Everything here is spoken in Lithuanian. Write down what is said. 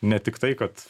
ne tiktai kad